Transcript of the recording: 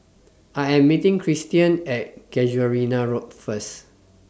I Am meeting Tristian At Casuarina Road First